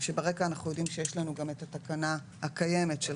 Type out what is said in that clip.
כשברקע אנחנו יודעים שיש לנו גם את התקנה הקיימת של